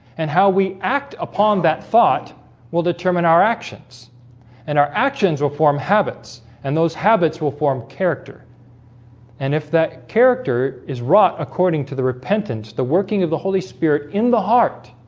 and how we act upon that thought will determine our actions and our actions will form habits and those habits will form character and if that character is wrought according to the repentance the working of the holy spirit in the heart